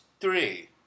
three